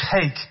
take